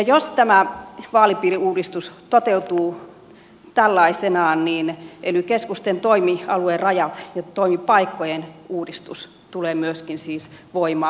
jos tämä vaalipiiriuudistus toteutuu tällaisenaan niin ely keskusten toimialuerajojen ja toimipaikkojen uudistus tulee myöskin siis voimaan